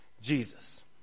jesus